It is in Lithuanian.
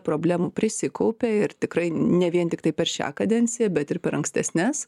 problemų prisikaupė ir tikrai ne vien tiktai per šią kadenciją bet ir per ankstesnes